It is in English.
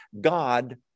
God